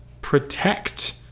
protect